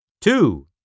Two